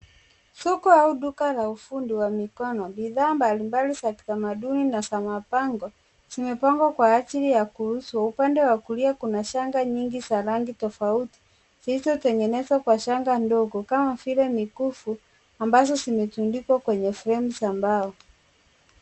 Soko au duka la ufundi wa mikono. Bidhaa mbalimbali za kitamaduni na za mabango zimepangwa kwa ajili ya kuuzwa. Upande wa kulia kuna shanga nyingi za rangi tofauti zilizotengenezwa kwa shanga ndogo kama vile mikufu ambazo zimetundikwa kwenye fremu za mbao.